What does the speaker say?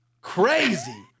Crazy